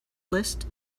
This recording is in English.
list